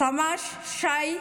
סמ"ש שי גרמאי,